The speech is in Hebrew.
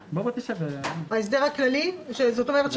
חלקי 90. היא